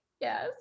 Yes